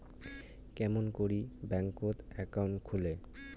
কেমন করি bank account খুলে?